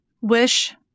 wish